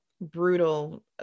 brutal